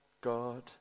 God